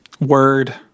Word